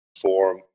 form